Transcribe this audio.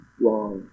wrong